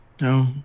No